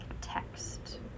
text